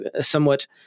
somewhat